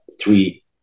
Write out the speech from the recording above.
three